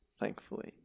thankfully